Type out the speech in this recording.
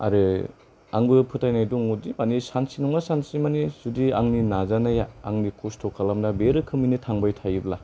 आरो आंबो फोथायनाय दङदि मानि सानसे नङा सानसे मानि जुदि आंनि नाजानाया आंनि खस्थ' खालामनाया बे रोखोमैनो थांबाय थायोब्ला